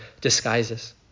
disguises